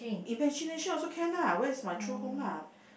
in fascination also can lah where is my true home lah